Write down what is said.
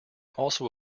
also